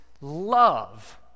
love